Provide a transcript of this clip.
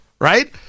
Right